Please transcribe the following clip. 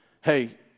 hey